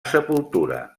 sepultura